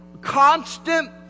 constant